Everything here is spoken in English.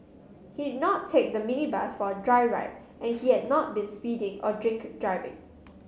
he did not take the minibus for a joyride and he had not been speeding or drink driving